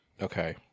Okay